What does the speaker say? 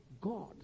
God